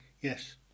yes